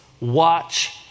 watch